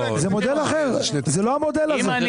זה לא המודל הזה.